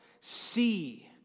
see